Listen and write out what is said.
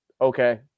Okay